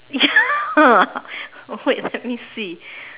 ya wait let me see